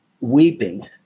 weeping